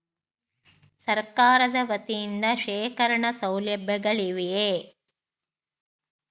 ಸರಕಾರದ ವತಿಯಿಂದ ಶೇಖರಣ ಸೌಲಭ್ಯಗಳಿವೆಯೇ?